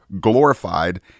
glorified